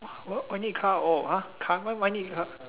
what why need car all !huh! car why why need car